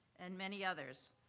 and many others.